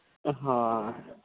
ᱦᱳᱭ